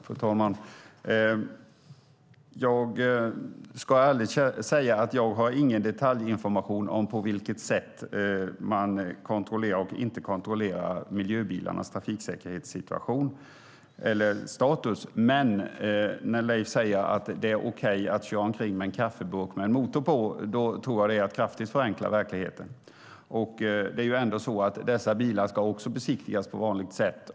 Fru talman! Jag ska ärligt säga att jag inte har någon detaljinformation om på vilket sätt man kontrollerar eller inte kontrollerar miljöbilarnas trafiksäkerhetsstatus. Men när Leif Pettersson säger att det är okej att köra omkring med en kaffeburk med en motor i tror jag att han kraftigt förenklar verkligheten. Dessa bilar ska också besiktas på vanligt sätt.